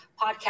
podcast